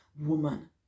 woman